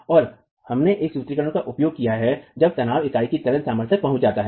और हमने एक सूत्रीकरण का उपयोग किया जब मुख्य तनाव इकाई की तनन सामर्थ्य तक पहुंच जाता है